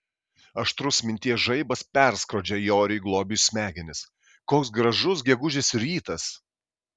aštrus minties žaibas perskrodžia joriui globiui smegenis koks gražus gegužės rytas